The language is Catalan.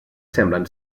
semblen